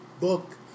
book